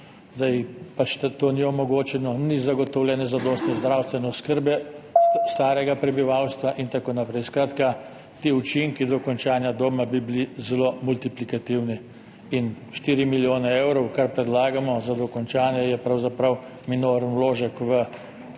zdaj pač to ni omogočeno, ni zagotovljene zadostne zdravstvene oskrbe starega prebivalstva in tako naprej. Skratka, ti učinki dokončanja doma bi bili zelo multiplikativni. 4 milijone evrov, kar predlagamo za dokončanje, je pravzaprav minoren vložek